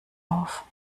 auf